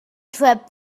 trip